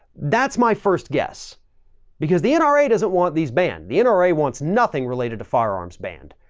that's my first guess because the and nra doesn't want these band. the nra wants nothing related to firearms band,